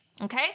Okay